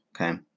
okay